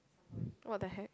what the hell